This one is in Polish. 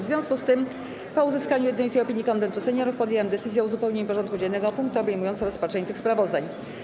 W związku z tym, po uzyskaniu jednolitej opinii Konwentu Seniorów, podjęłam decyzję o uzupełnieniu porządku dziennego o punkty obejmujące rozpatrzenie tych sprawozdań.